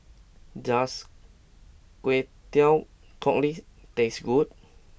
does Kway Teow Cockles taste good